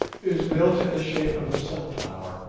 is built in the shape of a sunflower,